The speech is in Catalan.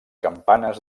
campanes